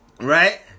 Right